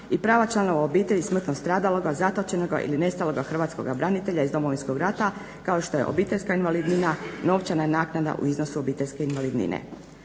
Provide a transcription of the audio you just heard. i prava članova obitelji smrtno stradaloga, zatočenoga ili nestaloga hrvatskoga branitelja iz Domovinskog rata kao što je obiteljska invalidnina, novčana naknada u iznosu obiteljske invalidnine.